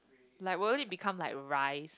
like will it become like rice